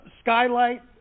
skylight